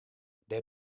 dêr